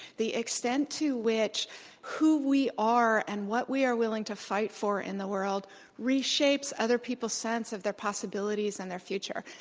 the extent to which who we are and what we are willing to fight for in the world reshapes other people's sense of the possibilities and their future.